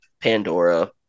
Pandora